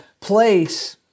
place